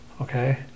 okay